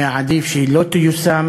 היה עדיף שהיא לא תיושם,